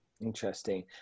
Interesting